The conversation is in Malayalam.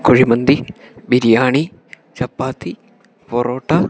കുഴിമന്തി ബിരിയാണി ചപ്പാത്തി പൊറോട്ട